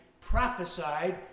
prophesied